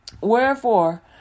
wherefore